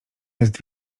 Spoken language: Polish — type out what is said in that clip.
jest